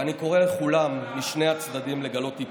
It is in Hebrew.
ואני קורא לכולם, לשני הצדדים, לגלות איפוק.